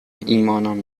ایمانان